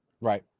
right